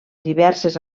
diverses